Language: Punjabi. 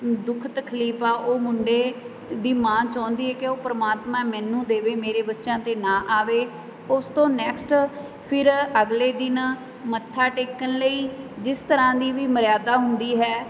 ਦੁੱਖ ਤਕਲੀਫ ਆ ਉਹ ਮੁੰਡੇ ਦੀ ਮਾਂ ਚਾਹੁੰਦੀ ਹੈ ਕਿ ਉਹ ਪਰਮਾਤਮਾ ਮੈਨੂੰ ਦੇਵੇ ਮੇਰੇ ਬੱਚਿਆਂ 'ਤੇ ਨਾ ਆਵੇ ਉਸ ਤੋਂ ਨੈਕਸਟ ਫਿਰ ਅਗਲੇ ਦਿਨ ਮੱਥਾ ਟੇਕਣ ਲਈ ਜਿਸ ਤਰ੍ਹਾਂ ਦੀ ਵੀ ਮਰਿਆਦਾ ਹੁੰਦੀ ਹੈ